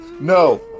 No